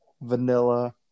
vanilla